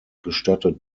gestattet